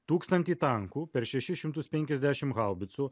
tūkstantį tankų per šešis šimtus penkiasdešim haubicų